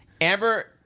Amber